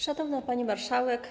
Szanowna Pani Marszałek!